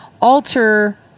alter